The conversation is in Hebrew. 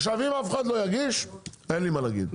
אם אף אחד לא יגיש אין לי מה להגיד.